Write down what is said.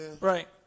Right